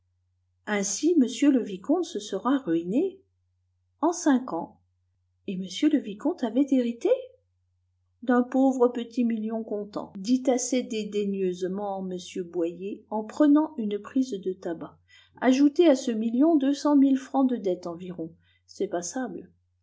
ainsi m le vicomte se sera ruiné en cinq ans et m le vicomte avait hérité d'un pauvre petit million comptant dit assez dédaigneusement m boyer en prenant une prise de tabac ajoutez à ce million deux cent mille francs de dettes environ c'est